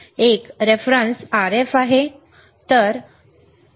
एक संदर्भ RF आहे होय